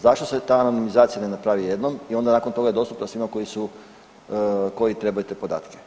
Zašto se ta anonimizacija ne napravi jednom i onda nakon toga je dostupna svima koji su, koji trebaju te podatke?